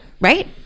right